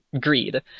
greed